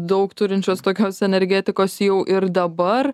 daug turinčios tokios energetikos jau ir dabar